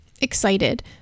excited